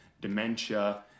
dementia